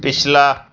ਪਿਛਲਾ